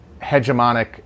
hegemonic